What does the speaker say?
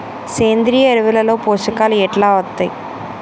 సేంద్రీయ ఎరువుల లో పోషకాలు ఎట్లా వత్తయ్?